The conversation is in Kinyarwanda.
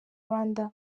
rwanda